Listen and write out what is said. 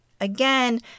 again